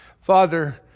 Father